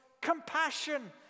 compassion